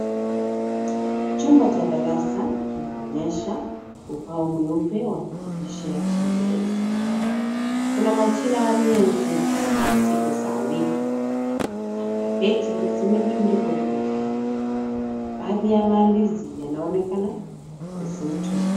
Chumba cha darasa kinaonyesha ubao mweupe wa maandishi ya kingereza kuna majina ya miezi na siku za wiki. Alphabeti zinetundikwa ukutani. Baadhi ya maandishi yanaonekana kufutwa.